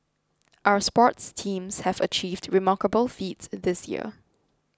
our sports teams have achieved remarkable feats this year